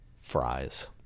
fries